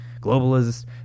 Globalist